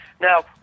now